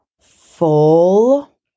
full